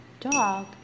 Dog